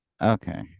Okay